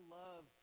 love